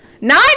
Nine